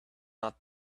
not